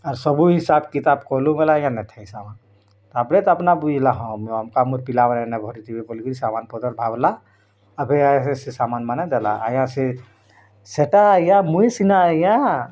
ଆଉ ସବୁ ହିସାବ କିତାବ୍ କଲୁ ଭଲା ଆଜ୍ଞା ନେଇ ଥା ସାମାନ୍ ତା'ପରେ ଆପନା ବୁଝିଲା ହଁ ଆମ ପିଲାମାନେ ନ ଭରି ଥିବେ ବୋଲି କିରି ସାମାନ୍ ପତ୍ର ଭାବଲା ଏବେ ସେ ସାମାନ୍ ମାନେ ଦେଲା ଆଜ୍ଞା ସେ ସେଇଟା ଆଜ୍ଞା ମୁଇଁ ସିନା ଆଜ୍ଞା